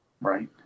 right